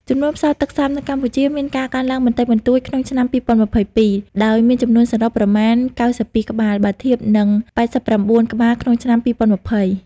ចំនួនផ្សោតទឹកសាបនៅកម្ពុជាមានការកើនឡើងបន្តិចបន្តួចក្នុងឆ្នាំ២០២២ ដោយមានចំនួនសរុប ប្រមាណ ៩២ ក្បាល បើធៀបនឹង ៨៩ ក្បាលក្នុងឆ្នាំ ២០២០។